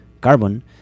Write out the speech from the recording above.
carbon